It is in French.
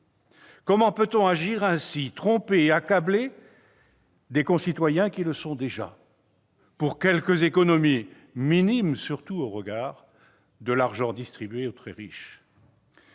Comment peut-on agir ainsi : tromper et accabler ceux de nos concitoyens qui, accablés, le sont déjà, et ce pour quelques économies minimes, surtout au regard de l'argent distribué aux très riches ?